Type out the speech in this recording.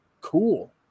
cool